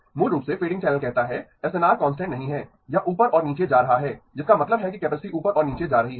मूल रूप से फ़ेडिंग चैनल कहता है एसएनआर कांस्टेंट नहीं है यह ऊपर और नीचे जा रहा है जिसका मतलब है कि कैपेसिटी ऊपर और नीचे जा रही है